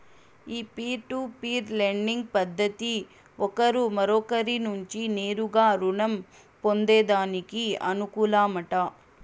ఈ peer to peer lending పద్దతి ఒకరు మరొకరి నుంచి నేరుగా రుణం పొందేదానికి అనుకూలమట